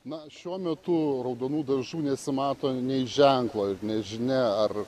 na šiuo metu raudonų dažų nesimato nei ženklo ir nežinia ar